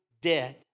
dead